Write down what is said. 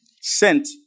sent